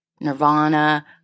Nirvana